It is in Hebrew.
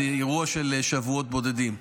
זה אירוע של שבועות בודדים.